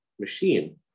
machine